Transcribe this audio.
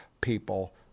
people